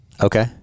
Okay